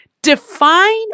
define